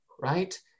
right